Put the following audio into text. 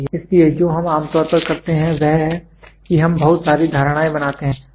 इसलिए जो हम आम तौर पर करते हैं वह है कि हम बहुत सारी धारणाएँ बनाते हैं